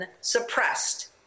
suppressed